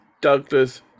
Douglas